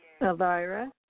Elvira